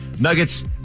Nuggets